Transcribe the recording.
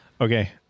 okay